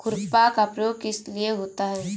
खुरपा का प्रयोग किस लिए होता है?